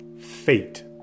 fate